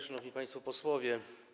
Szanowni Państwo Posłowie!